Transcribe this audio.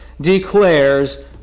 declares